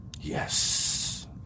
Yes